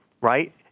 right